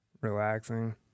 relaxing